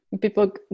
People